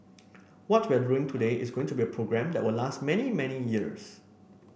what we're doing today is going to be a program that will last many many years